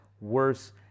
worse